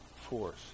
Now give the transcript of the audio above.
force